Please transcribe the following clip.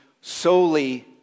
solely